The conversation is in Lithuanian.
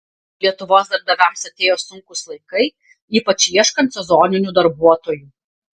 lietuvos darbdaviams atėjo sunkūs laikai ypač ieškant sezoninių darbuotojų